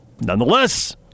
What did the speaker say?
Nonetheless